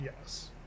Yes